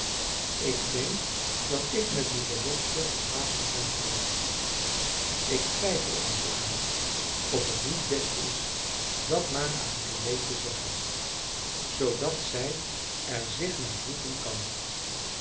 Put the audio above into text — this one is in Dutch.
ik denk dat ik met die belofte wat haastig ben geweest ik twijfel er nu aan of het niet best is dat maar aan chloe te zeggen zoodat zij er zich naar voegen kan